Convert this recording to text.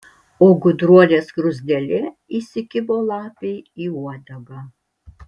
o gudruolė skruzdėlė įsikibo lapei į uodegą